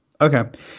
okay